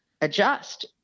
adjust